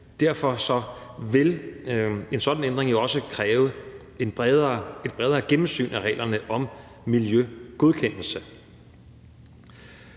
Derfor vil en sådan ændring også kræve et bredere gennemsyn af reglerne om miljøgodkendelse.